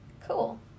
Cool